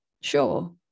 sure